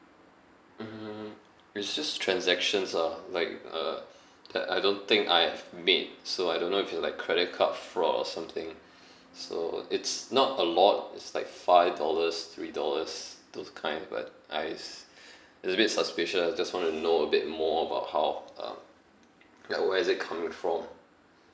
mm it's just transactions lah like uh that I don't think I have made so I don't know if it's like credit card fraud or something so it's not a lot it's like five dollars three dollars those kind but I just it's a bit suspicious I just want to know a bit more about how um like where is it coming from